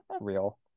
Real